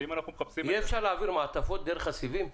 יהיה אפשר להעביר מעטפות דרך הסיבים?